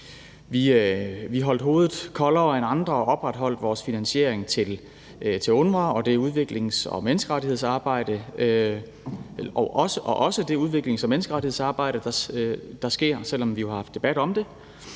Vi holdt hovedet koldere end andre og opretholdt vores finansielle bidrag til UNRWA, og også til det udviklings- og menneskerettighedsarbejde, der finder sted, selv om vi jo haft debat om det,